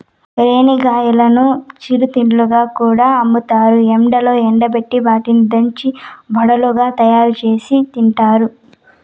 రేణిగాయాలను చిరు తిండిగా కూడా అమ్ముతారు, ఎండలో ఎండబెట్టి వాటిని దంచి వడలుగా తయారుచేసి తింటారు